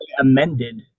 amended